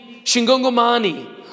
Shingongomani